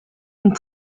und